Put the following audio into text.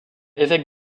évêque